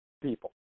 people